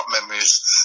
Memories